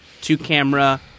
two-camera